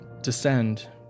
descend